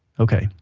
ok,